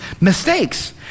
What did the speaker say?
mistakes